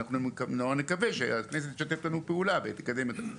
ונקווה שהכנסת תשתף פעולה ותקדם את זה.